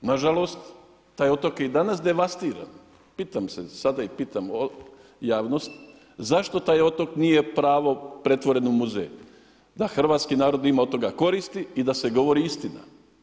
Nažalost, taj otok je i danas devastiran, pitam se sada i pitam javnost, zašto taj otok nije pravo pretvoren u muzej da hrvatski narod ima od toga koristi i da se govori istina?